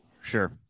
Sure